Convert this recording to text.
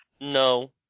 no